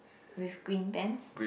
with green pants